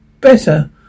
better